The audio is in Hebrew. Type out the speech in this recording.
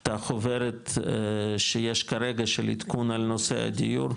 את החוברת שיש כרגע של עדכון על נושא הדיור.